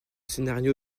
scénario